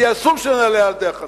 כי אסור שאנחנו נעלה על הדרך הזאת.